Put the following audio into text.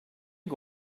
you